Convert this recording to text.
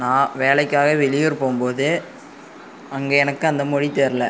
நான் வேலைக்காக வெளியூர் போகும்போது அங்கே எனக்கு அந்த மொழி தெரியல